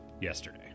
yesterday